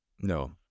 No